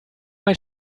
mein